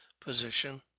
position